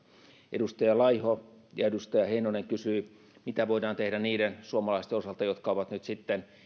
edustaja laiho ja edustaja heinonen kysyivät mitä voidaan tehdä niiden suomalaisten osalta jotka